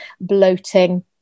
bloating